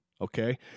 okay